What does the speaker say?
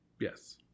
Yes